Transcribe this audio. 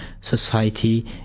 society